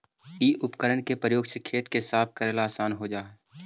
इ उपकरण के प्रयोग से खेत के साफ कऽरेला असान हो जा हई